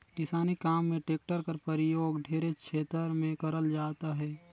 किसानी काम मे टेक्टर कर परियोग ढेरे छेतर मे करल जात अहे